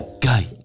Guy